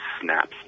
snaps